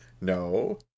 No